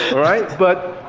alright, but,